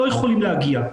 לא יכולים להגיע.